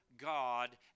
God